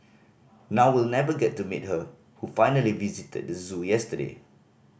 now we'll never get to meet her who finally visited the zoo yesterday